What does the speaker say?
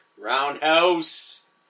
Roundhouse